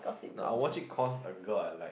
no I watch it cause a girl I like